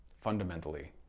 fundamentally